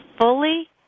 fully